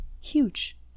huge